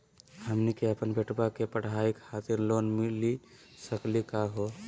हमनी के अपन बेटवा के पढाई खातीर लोन मिली सकली का हो?